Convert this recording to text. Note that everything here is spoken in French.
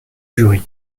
jury